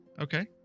Okay